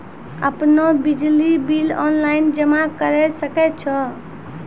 आपनौ बिजली bill online जमा करै सकै छौ?